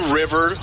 river